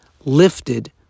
lifted